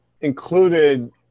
included